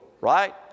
right